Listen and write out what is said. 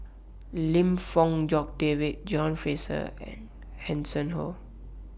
Lim Fong Jock David John Fraser and Hanson Ho